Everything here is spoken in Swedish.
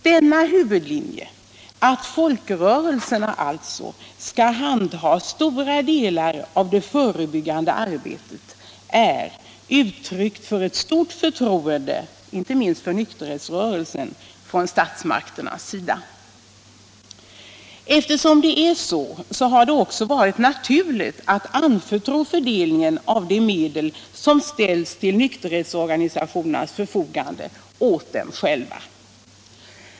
Denna huvudlinje, att folkrörelserna alltså skall handha stora delar av det förebyggande arbetet, är uttryck för ett stort förtroende inte minst för nykterhetsrörelsen från statsmakternas sida. Eftersom det är så har det också varit naturligt att anförtro fördelningen av de medel som ställs till nykterhetsorganisationernas förfogande åt dem själva.